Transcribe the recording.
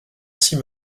six